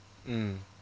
mm